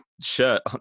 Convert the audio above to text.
Shirt